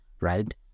right